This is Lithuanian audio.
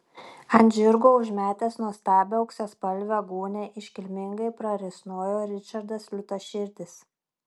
ant žirgo užmetęs nuostabią auksaspalvę gūnią iškilmingai prarisnojo ričardas liūtaširdis